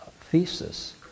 thesis